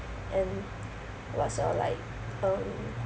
and what's your like um